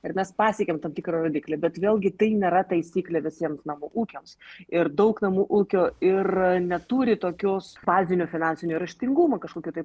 ir mes pasiekėm tam tikrą rodiklį bet vėlgi tai nėra taisyklė visiems namų ūkiams ir daug namų ūkių ir neturi tokios bazinio finansinio raštingumo kažkokių tai